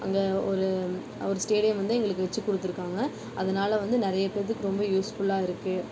அங்கே ஒரு ஒரு ஸ்டேடியம் வந்து எங்களுக்கு வச்சு கொடுத்துருக்காங்க அதனால் வந்து நிறைய பேர்த்துக்கு வந்து ரொம்ப யூஸ்ஃபுல்லாக இருக்குது